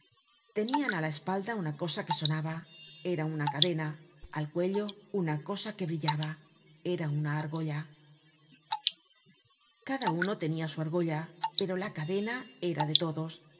tenian á la espalda una cosa que sonaba era una cadena al cuello una cosa que brillaba era una argolla cada uno tenia su argolla pero la cadena era de todos